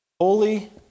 Holy